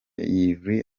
yverry